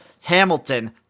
Hamilton